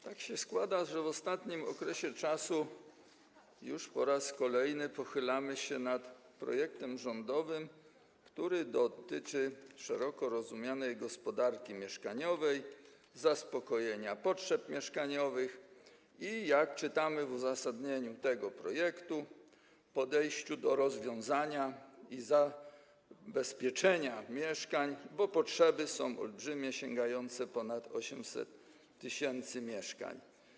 Tak się składa, że w ostatnim okresie już po raz kolejny pochylamy się nad projektem rządowym, który dotyczy szeroko rozumianej gospodarki mieszkaniowej, zaspokojenia potrzeb mieszkaniowych i - jak czytamy w uzasadnieniu tego projektu - podejścia do rozwiązania tego problemu i zabezpieczenia mieszkań, bo potrzeby są olbrzymie, sięgające ponad 800 tys. mieszkań.